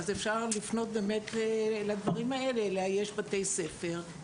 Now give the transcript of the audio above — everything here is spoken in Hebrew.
אפשר לפנות לדברים האלה: לאייש בתי ספר,